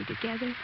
together